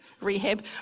Rehab